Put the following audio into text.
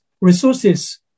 resources